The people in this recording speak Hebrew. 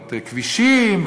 ועוד כבישים,